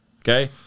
Okay